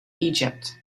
egypt